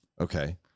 Okay